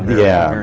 yeah.